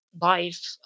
life